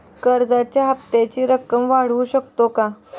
कर्जाच्या हप्त्याची रक्कम वाढवू शकतो का?